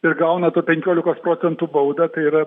ir gauna penkiolikos procentų baudą tai yra